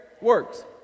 works